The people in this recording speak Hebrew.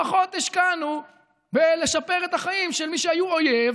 פחות השקענו בשיפור החיים של מי שהיו אויב,